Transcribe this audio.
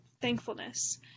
thankfulness